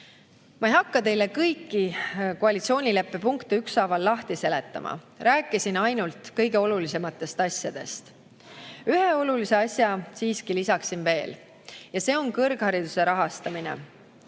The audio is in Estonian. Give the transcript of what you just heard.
ei hakka teile kõiki koalitsioonileppe punkte ükshaaval lahti seletama. Rääkisin ainult kõige olulisematest asjadest. Ühe olulise asja siiski lisaksin veel. See on kõrghariduse rahastamine.